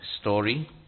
story